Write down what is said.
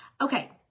Okay